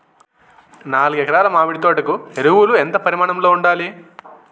నాలుగు ఎకరా ల మామిడి తోట కు ఎరువులు ఎంత పరిమాణం లో ఉండాలి?